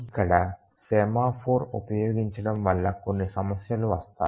ఇక్కడ సెమాఫోర్ ఉపయోగించడం వల్ల కొన్ని సమస్యలు వస్తాయి